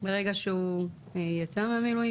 למשל מהרגע שהוא יצא מהמילואים,